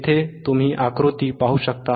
येथे तुम्ही आकृती पाहू शकता